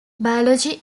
biology